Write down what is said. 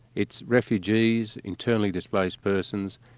it's refugees, internally displaced persons,